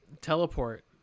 Teleport